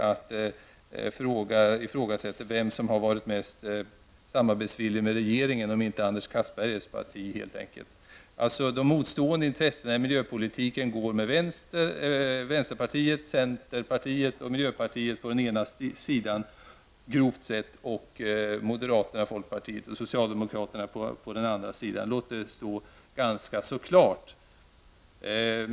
Hon ifrågasatte ju vem som har varit mest villig att samarbeta med regeringen och undrade om det inte helt enkelt är Anders Castbergers parti som varit det. När det gäller de motstående intressena i miljöpolitiken har vi på ena sidan, grovt räknat, vänsterpartiet, centerpartiet och miljöpartiet. På andra sidan har vi moderaterna, folkpartiet och socialdemokraterna. Det står ganska klart.